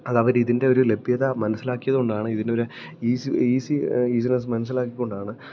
അത് അവര് ഇതിൻ്റെ ഒരു ലഭ്യത മനസ്സിലാക്കിയതുകൊണ്ടാണ് ഇതിനൊരു ഈസിനെസ് മൻസ്സിലാക്കിക്കൊണ്ടാണ്